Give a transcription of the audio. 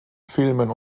filmen